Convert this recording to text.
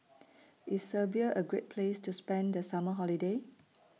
IS Serbia A Great Place to spend The Summer Holiday